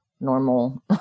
normal